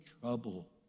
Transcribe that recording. trouble